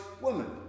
woman